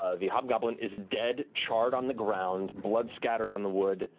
ah the hobgoblin is dead, charred on the ground, blood scattered on the wood.